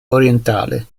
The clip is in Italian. orientale